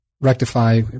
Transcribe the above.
rectify